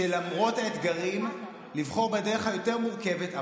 שלמרות האתגרים יש לבחור בדרך שהיא יותר מורכבת,